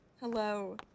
Hello